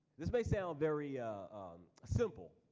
this may sound very simple,